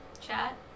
Chat